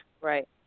Right